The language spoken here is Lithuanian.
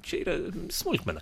čia yra smulkmena